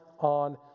on